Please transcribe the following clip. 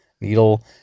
needle